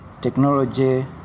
Technology